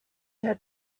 had